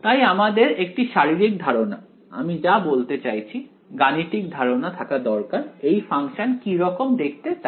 তাই আমাদের একটি শারীরিক ধারণা আমি যা বলতে চাইছি গাণিতিক ধারণা থাকা দরকার এই ফাংশন কি রকম দেখতে তার